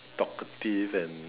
talkative and